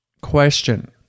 question